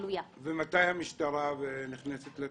נכנסת אצלכם לתמונה?